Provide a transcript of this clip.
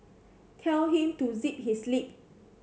tell him to zip his lip